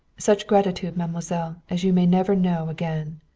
such gratitude, mademoiselle, as you may never know again.